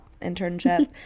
internship